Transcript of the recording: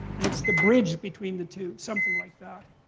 and it's the bridge between the two, something like that.